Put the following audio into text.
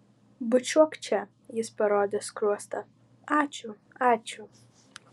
bučiuok čia jis parodė skruostą ačiū ačiū